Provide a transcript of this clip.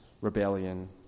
rebellion